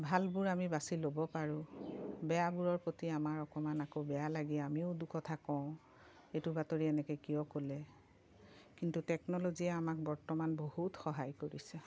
ভালবোৰ আমি বাচি ল'ব পাৰোঁ বেয়াবোৰৰ প্ৰতি আমাৰ অকণমান আকৌ বেয়া লাগে আমিও দুকথা কওঁ এইটো বাতৰি এনেকে কিয় ক'লে কিন্তু টেকন'লজিয়ে আমাক বৰ্তমান বহুত সহায় কৰিছে